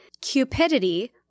Cupidity